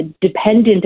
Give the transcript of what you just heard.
dependent